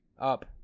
Up